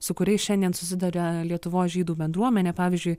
su kuriais šiandien susiduria lietuvos žydų bendruomenė pavyzdžiui